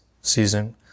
season